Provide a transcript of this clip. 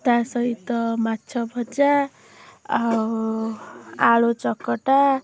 ତା ସହିତ ମାଛ ଭଜା ଆଉ ଆଳୁ ଚକଟା